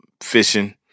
fishing